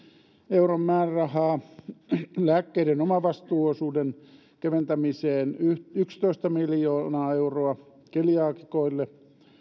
euron määrärahaa lääkkeiden omavastuuosuuden keventämiseen yksitoista miljoonaa euroa keliaakikoille